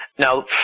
Now